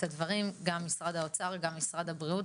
הדברים - גם משרד האוצר וגם משרד הבריאות.